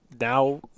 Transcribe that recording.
now